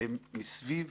הן סביב